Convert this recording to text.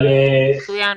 מצוין.